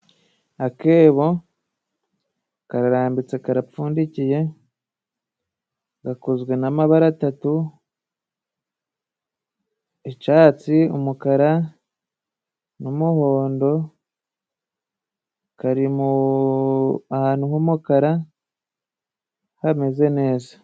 Akebo kararambitse, karapfundikiye, gakozwe n'amabara atatu: icatsi, umukara n'umuhondo, kari ahantu h'umukara hameze neza.